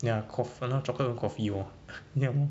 ya chocolate 跟 coffee lor